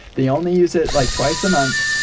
they only use it like twice a month.